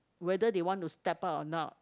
whether they want to step out or not